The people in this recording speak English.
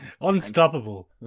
Unstoppable